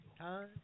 Time